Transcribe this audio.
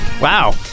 Wow